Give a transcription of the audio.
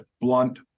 blunt